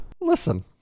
listen